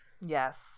Yes